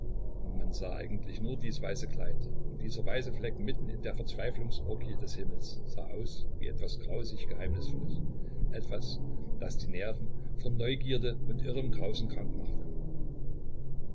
man sah eigentlich nur dies weiße kleid und dieser weiße fleck mitten in der verzweiflungsorgie des himmels sah aus wie etwas grausig geheimnisvolles etwas das die nerven vor neugierde und irrem grausen krank machte